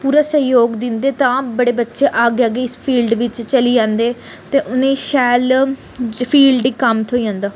पूरा सैह्योग दिंदे तां बड़े बच्चे आगे आगे इस फील्ड बिच्च चली जन्दे ते उनेंई शैल फील्ड च कम्म थ्होई जंदा